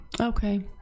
Okay